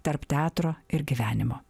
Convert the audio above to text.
tarp teatro ir gyvenimo